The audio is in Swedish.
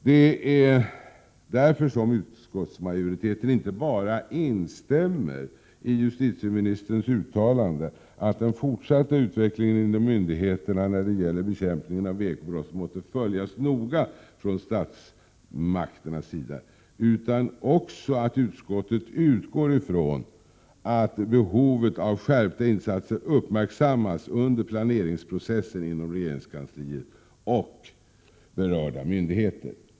Det är därför som utskottsmajoriteten inte bara instämmer i justitieministerns uttalande, att den fortsatta utvecklingen inom myndigheterna när det gäller bekämpningen av ekobrott måste följas noga från statsmakternas sida, utan även utgår från att behovet av skärpta insatser uppmärksammas under planeringsprocessen inom regeringskansliet och berörda myndigheter.